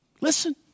Listen